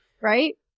Right